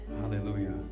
Hallelujah